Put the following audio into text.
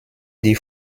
die